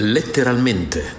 Letteralmente